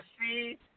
see